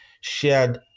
shared